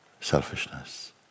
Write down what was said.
selfishness